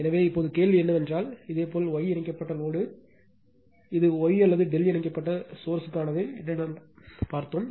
எனவே இப்போது கேள்வி என்னவென்றால் இதேபோல் Y இணைக்கப்பட்ட லோடு இது Y அல்லது ∆ இணைக்கப்பட்ட சோர்ஸ் த்திற்கானது என்று நாம் கண்டோம்